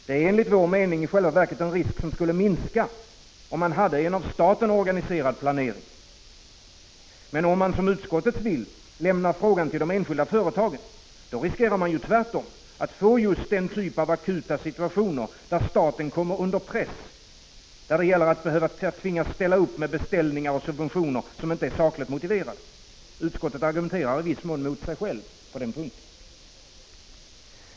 Det är enligt vår mening i själva verket en risk, som skulle minska, om man hade en av staten organiserad planering. Men om man, som utskottet vill, lämnar frågan till de enskilda företagen riskerar man tvärtom att få just den typ av akuta situationer, där staten kommer under press, där det gäller att tvingas ställa upp med beställningar och subventioner, som inte är sakligt motiverade. Utskottet argumenterar i viss mån mot sig självt på denna punkt.